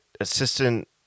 assistant